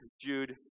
Jude